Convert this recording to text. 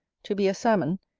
to be a salmon,